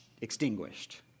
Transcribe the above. extinguished